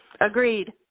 Agreed